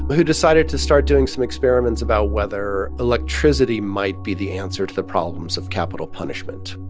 who decided to start doing some experiments about whether electricity might be the answer to the problems of capital punishment